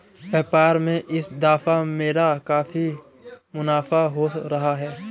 व्यापार में इस दफा मेरा काफी मुनाफा हो रहा है